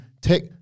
take